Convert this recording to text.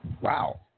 Wow